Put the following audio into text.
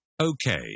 Okay